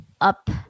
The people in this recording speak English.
up